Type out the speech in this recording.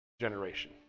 generation